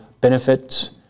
benefits